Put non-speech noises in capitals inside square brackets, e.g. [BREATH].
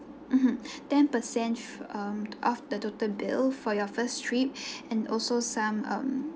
mmhmm [BREATH] ten percent um of the total bill for your first trip [BREATH] and also some um